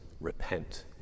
Repent